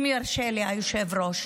אם ירשה לי היושב-ראש: